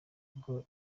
ntabwo